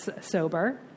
sober